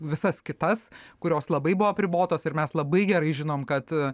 visas kitas kurios labai buvo apribotos ir mes labai gerai žinom kad